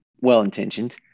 well-intentioned